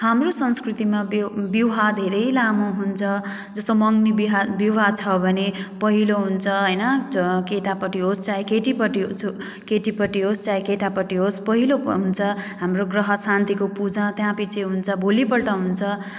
हाम्रो संस्कृतिमा विव विवाह धेरै लामो हुन्छ जस्तो मगनी बिहा विवाह छ भने पहिलो हुन्छ होइन चाहे केटापट्टि होस् चाहे केटीपट्टि चाहे केटीपट्टि होस् चाहे केटापट्टि होस् पहिलो हुन्छ हाम्रो ग्रहशान्तिको पूजा त्यहाँपछि हुन्छ भोलिपल्ट हुन्छ